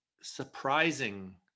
surprising